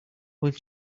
when